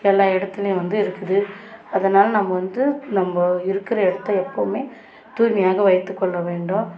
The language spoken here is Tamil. எல்லா இடத்துலையும் வந்து இருக்குது அதனால் நம்ம வந்து நம்ம இருக்கிற இடத்த எப்போவுமே தூய்மையாக வைத்துக்கொள்ள வேண்டும்